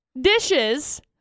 dishes